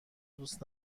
دوست